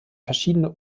verschiedene